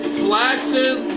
flashes